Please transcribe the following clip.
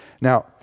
Now